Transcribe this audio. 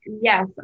yes